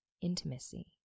intimacy